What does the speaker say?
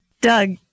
Doug